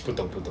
不懂不懂